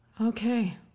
Okay